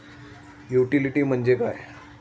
Utility म्हणजे काय?